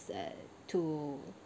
like to